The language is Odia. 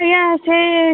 ଆଜ୍ଞା ସେ